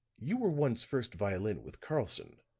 you were once first violin with karlson,